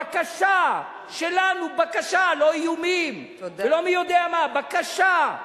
בקשה שלנו, בקשה, לא איומים ולא מי יודע מה, בקשה.